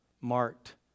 marked